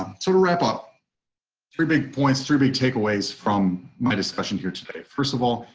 sort of wrap up three big points three big takeaways from my discussion here today. first of all,